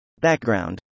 Background